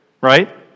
right